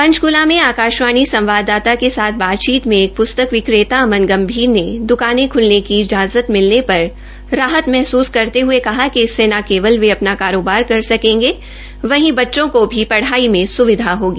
पंचकूला में आकाशवाणी संवाददाता के साथ बातचीत में एक पुस्तक विकेता अमर गंभीर ने दकाने खुलने की इजाजत मिलने पर राहत महसूस करते हुए कहा कि इससे न केवल वो अपना कारोबार कर सकेंगे बच्चों को भी बढाई में सुविधा होगी